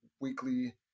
weekly